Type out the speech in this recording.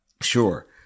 Sure